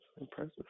impressive